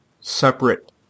separate